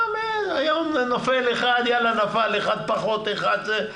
היום נופל אחד יאללה נפל, אחד פחות, אחד זה.